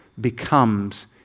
becomes